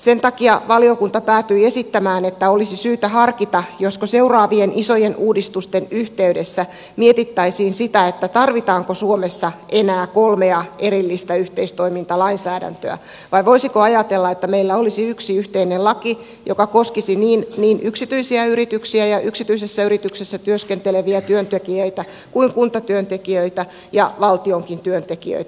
sen takia valiokunta päätyi esittämään että olisi syytä harkita josko seuraavien isojen uudistusten yhteydessä mietittäisiin sitä tarvitaanko suomessa enää kolmea erillistä yhteistoimintalainsäädäntöä vai voisiko ajatella että meillä olisi yksi yhteinen laki joka koskisi niin yksityisiä yrityksiä ja yksityisessä yrityksessä työskenteleviä työntekijöitä kuin kuntatyöntekijöitä ja valtionkin työntekijöitä